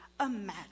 imagine